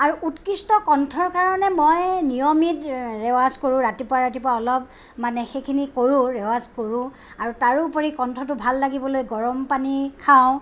আৰু উৎকৃষ্ট কণ্ঠৰ কাৰণে মই নিয়মিত ৰেৱাজ কৰোঁ ৰাতিপুৱা ৰাতিপুৱা অলপ মানে সেইখিনি কৰোঁ ৰেৱাজ কৰোঁ আৰু তাৰোপৰি কণ্ঠটো ভাল লাগিবলৈ গৰম পানী খাওঁ